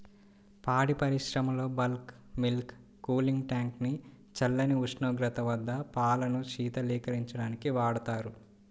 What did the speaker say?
పాడి పరిశ్రమలో bulk milk cooling tank ని చల్లని ఉష్ణోగ్రత వద్ద పాలను శీతలీకరించడానికి వాడతారు